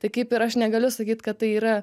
tai kaip ir aš negaliu sakyt kad tai yra